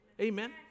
Amen